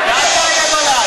ואל תאיים עלי.